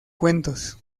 cuentos